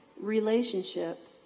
relationship